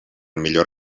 millor